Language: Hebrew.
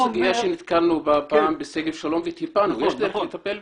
נתקלנו בזה פעם בשגב שלום וטיפלנו בזה.